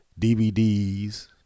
DVDs